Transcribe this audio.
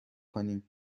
کنیم